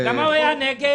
למה הוא היה נגד?